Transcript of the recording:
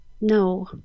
no